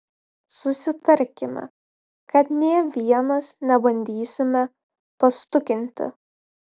susitarkime kad nė vienas nebandysime pastukinti